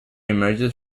emerges